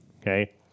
Okay